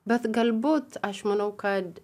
bet galbūt aš manau kad